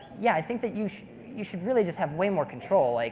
yeah, i think that you should you should really just have way more control. like